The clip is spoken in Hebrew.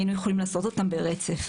היינו יכולים לעשות אותם ברצף.